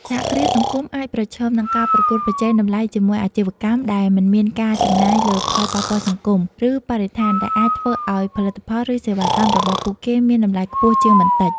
សហគ្រាសសង្គមអាចប្រឈមនឹងការប្រកួតប្រជែងតម្លៃជាមួយអាជីវកម្មដែលមិនមានការចំណាយលើផលប៉ះពាល់សង្គម ឬបរិស្ថាន ដែលអាចធ្វើឱ្យផលិតផល ឬសេវាកម្មរបស់ពួកគេមានតម្លៃខ្ពស់ជាងបន្តិច ។